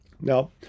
Now